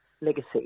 legacy